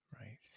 Right